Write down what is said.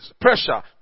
pressure